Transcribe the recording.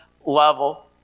level